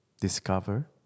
Discover